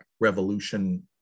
revolution